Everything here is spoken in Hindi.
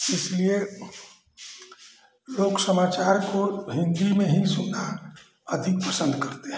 इसलिए लोग समाचार को हिन्दी में ही सुनना अधिक पसन्द करते हैं